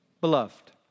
Beloved